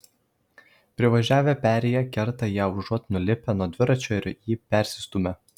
privažiavę perėją kerta ją užuot nulipę nuo dviračio ir jį persistūmę